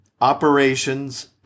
operations